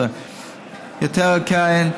יתר על כן,